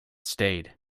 stayed